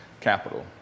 capital